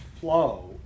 flow